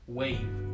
wave